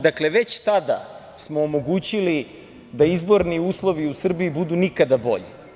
Dakle, već tada smo omogućili da izborni uslovi u Srbiji budu nikada bolji.